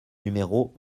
numéro